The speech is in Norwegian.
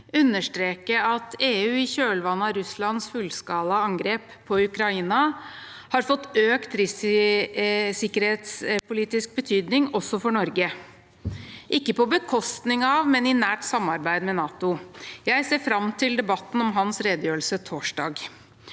understreke at EU i kjølvannet av Russlands fullskala angrep på Ukraina har fått økt sikkerhetspolitisk betydning også for Norge – ikke på bekostning av, men i nært samarbeid med NATO. Jeg ser fram til debatten om hans redegjørelse torsdag.